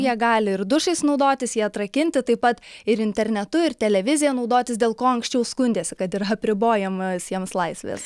jie gali ir dušais naudotis jie atrakinti taip pat ir internetu ir televizija naudotis dėl ko anksčiau skundėsi kad yra apribojama jiems laisvės